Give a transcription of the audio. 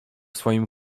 swoim